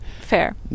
fair